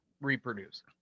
reproduce